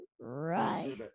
right